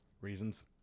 Reasons